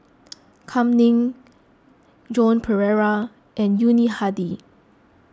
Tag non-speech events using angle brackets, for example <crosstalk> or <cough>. <noise> Kam Ning Joan Pereira and Yuni Hadi